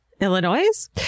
Illinois